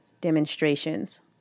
demonstrations